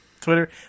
Twitter